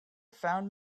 found